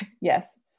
yes